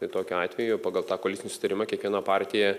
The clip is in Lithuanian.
tai tokiu atveju pagal tą susitarimą kiekviena partija